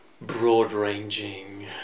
broad-ranging